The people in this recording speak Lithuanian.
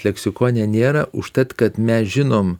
leksikone nėra užtat kad mes žinom